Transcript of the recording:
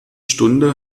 stunde